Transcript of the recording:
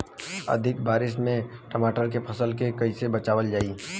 अधिक बारिश से टमाटर के फसल के कइसे बचावल जाई?